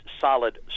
solid